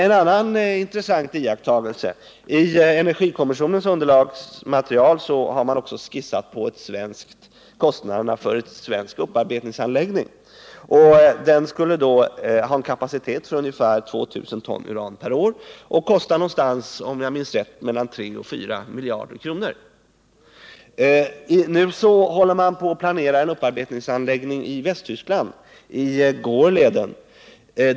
En annan intressant iakttagelse: I energikommissionens underlagsmaterial har man också skissat på kostnaderna för en svensk upparbetningsanläggning. Den skulle ha en kapacitet för ungefär 2 000 ton uran per år och kosta — om jag minns rätt — mellan 3 och 4 miljarder kronor. Man håller nu på och planerar en upparbetningsanläggning i Gorleben i Västtyskland.